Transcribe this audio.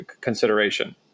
consideration